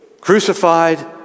crucified